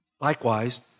Likewise